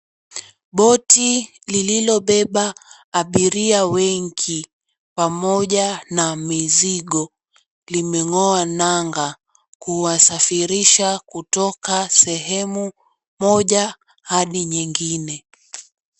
Boti lililobeba abiria wengi pamoja na mizigo limeng'oa nanga kuwasafirisha kutoka sehemu moja hadi nyingine.